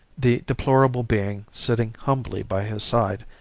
the deplorable being sitting humbly by his side,